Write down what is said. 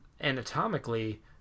anatomically